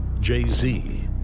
Jay-Z